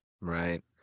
Right